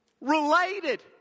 related